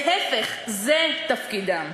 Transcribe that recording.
להפך, זה תפקידם,